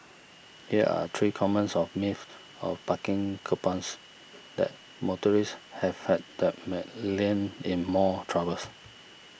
here are three commons of myths of parking coupons that motorists have had that may land in more troubles